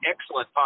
excellent